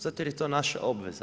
Zato jer je to naša obveza.